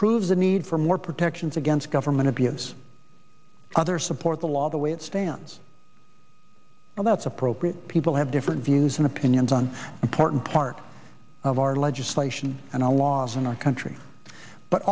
proves the need for more protections against government abuse others support the law the way it stands now that's appropriate people have different views and opinions on important part of our legislation and our laws in our country but